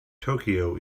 tokyo